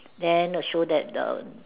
then show that the